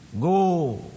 Go